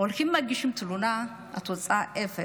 הולכים, מגישים תלונה, התוצאה, אפס,